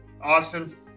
Austin